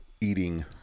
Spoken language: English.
eating